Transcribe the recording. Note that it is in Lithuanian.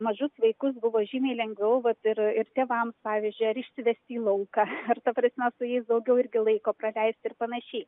mažus vaikus buvo žymiai lengviau vat ir ir tėvams pavyzdžiui ar išsivesti į lauką ar ta prasme su jais daugiau irgi laiko praleisti ir panašiai